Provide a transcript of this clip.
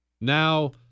Now